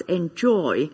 enjoy